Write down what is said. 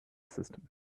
system